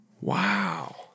Wow